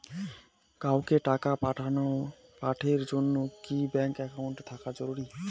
কাউকে টাকা পাঠের জন্যে কি ব্যাংক একাউন্ট থাকা জরুরি?